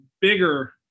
bigger